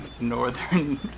northern